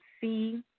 see